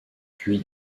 puis